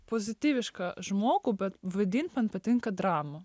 pozityviška žmogų bet vaidinti man patinka dramą